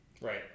Right